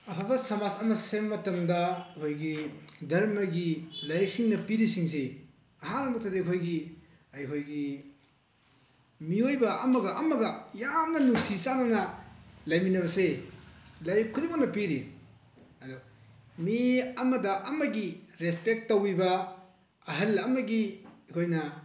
ꯑꯐꯕ ꯁꯃꯥꯖ ꯑꯃ ꯁꯦꯝꯕ ꯃꯇꯝꯗ ꯑꯩꯈꯣꯏꯒꯤ ꯙꯔꯃꯒꯤ ꯂꯥꯏꯔꯤꯛꯁꯤꯡꯅ ꯄꯤꯔꯤꯁꯤꯡꯁꯤ ꯑꯍꯥꯟꯕꯃꯛꯇꯗ ꯑꯩꯈꯣꯏꯒꯤ ꯑꯩꯈꯣꯏꯒꯤ ꯃꯤꯑꯣꯏꯕ ꯑꯃꯒ ꯑꯃꯒ ꯌꯥꯝꯅ ꯅꯨꯡꯁꯤ ꯆꯥꯅꯅ ꯂꯩꯃꯤꯟꯅꯕꯁꯦ ꯂꯥꯏꯔꯤꯛ ꯈꯨꯗꯤꯡꯃꯛꯅ ꯄꯤꯔꯤ ꯑꯗꯣ ꯃꯤ ꯑꯃꯗ ꯑꯃꯒꯤ ꯔꯦꯁꯄꯦꯛ ꯇꯧꯕꯤꯕ ꯑꯍꯜ ꯑꯃꯒꯤ ꯑꯩꯈꯣꯏꯅ